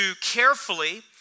carefully